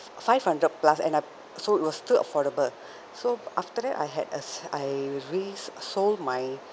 five hundred plus and I so it was still affordable so after that I had a I resold my